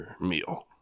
meal